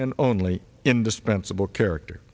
and only indispensable character